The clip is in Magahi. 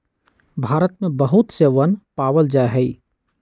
भारत में बहुत से वन पावल जा हई